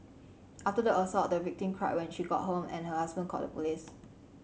after the assault the victim cried when she got home and her husband called the police